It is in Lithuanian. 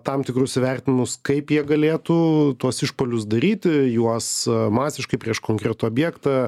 tam tikrus įvertinimus kaip jie galėtų tuos išpuolius daryti juos masiškai prieš konkretų objektą